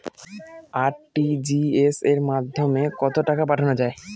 RTGS এর মাধ্যমে কত টাকা পাঠানো যায়?